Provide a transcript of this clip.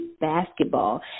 basketball